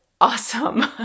awesome